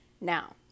now